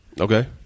Okay